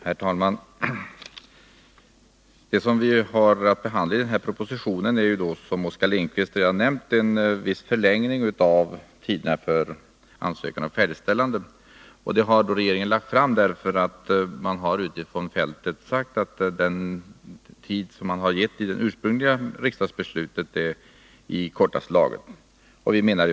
Herr talman! Det som vi har att behandla i propositionen är, som Oskar Lindkvist redan har nämnt, en viss förlängning av tiderna för ansökan om statsbidrag för ombyggnad av bostadshus och för färdigställandet av ombyggnaden. Anledningen till att regeringen har lagt fram förslaget är att den har fått uppgifter om att den tid som fastställdes i det ursprungliga riksdagsbeslutet är i kortaste laget.